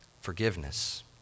Forgiveness